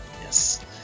yes